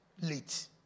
late